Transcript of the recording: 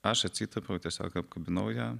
aš atsitūpiau tiesiog apkabinau ją